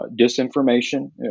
disinformation